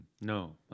No